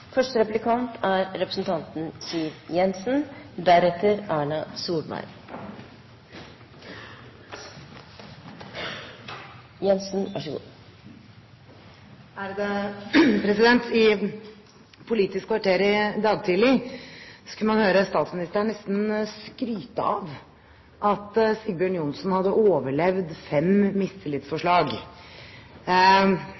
I Politisk kvarter i dag tidlig kunne man høre statsministeren nesten skryte av at Sigbjørn Johnsen hadde overlevd fem